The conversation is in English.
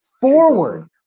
forward